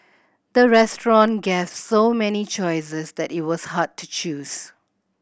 the restaurant gave so many choices that it was hard to choose